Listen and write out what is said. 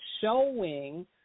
showing